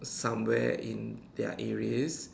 somewhere in their areas